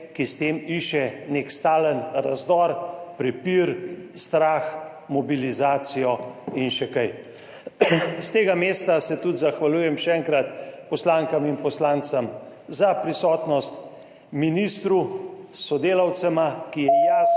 ki s tem išče nek stalen razdor, prepir, strah, mobilizacijo in še kaj. S tega mesta se tudi zahvaljujem še enkrat poslankam in poslancem za prisotnost, ministru s sodelavcema, ki je jasno